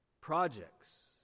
Projects